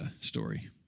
story